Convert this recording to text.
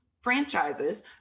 franchises